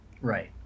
Right